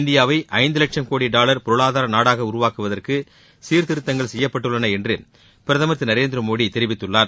இந்தியாவை ஐந்து லட்சும் கோடி டாலர் பொருளாதார நாடாக உருவாக்குவதற்கு ஏராளமான சீர்திருத்தங்கள் செய்யப்பட்டுள்ளன என்று பிரதமா் திரு நரேந்திரமோடி தெரிவித்துள்ளார்